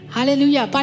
Hallelujah